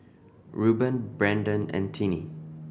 Rueben Brenden and Tinie